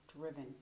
driven